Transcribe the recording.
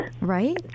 Right